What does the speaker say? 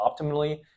optimally